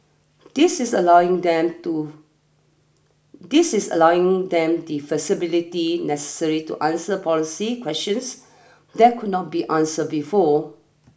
this is allowing them to this is allowing them the flexibility necessary to answer policy questions that could not be answer before